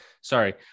sorry